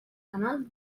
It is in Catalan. canal